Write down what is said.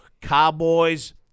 Cowboys